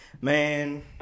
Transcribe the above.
man